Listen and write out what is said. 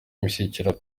imishyikirano